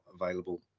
available